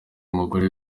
mugore